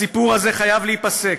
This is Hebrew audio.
הסיפור הזה חייב להיפסק,